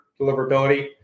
deliverability